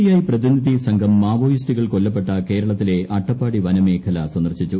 I പ്രതിനിധി സംഘം മാവോയിസ്റ്റുകൾ കൊല്ലപ്പെട്ട കേരളത്തിലെ അട്ടപ്പാടി വനമേഖല സന്ദർശിച്ചു